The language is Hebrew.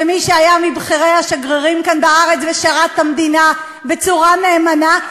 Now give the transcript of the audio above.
במי שהיה מבכירי השגרירים כאן בארץ ושירת את המדינה בצורה נאמנה?